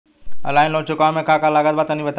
Online loan चुकावे म का का लागत बा तनि बताई?